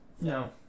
No